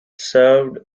served